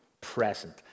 present